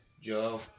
Joe